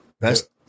Best